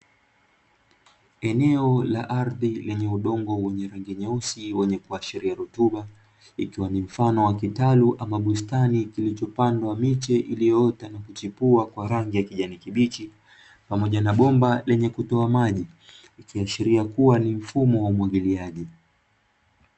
Eneo la ardhi lenye udongo wenye rangi nyeusi wenye kuashiria rutuba ikiwa ni mfano wakitalu ama bustani kilichopandwa miche iliyoota na kuchipua kwa rangi ya kijani kibichi pamoja na bomba lenye kutoa maji, Ikiashiria kuwa ni mfumo wa umwagiliaji.